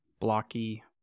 Blocky